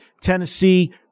Tennessee